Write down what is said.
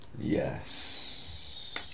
Yes